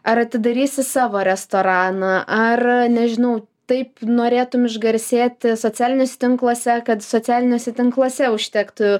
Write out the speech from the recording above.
ar atidarysi savo restoraną ar nežinau taip norėtum išgarsėti socialiniuose tinkluose kad socialiniuose tinkluose užtektų